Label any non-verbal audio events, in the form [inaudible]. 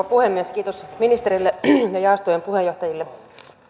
[unintelligible] puhemies kiitos ministerille ja jaostojen puheenjohtajille